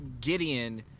Gideon